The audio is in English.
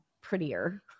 prettier